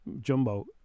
jumbo